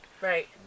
Right